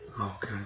okay